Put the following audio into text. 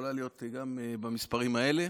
שיכולה להיות גם במספרים האלה,